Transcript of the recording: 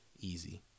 Easy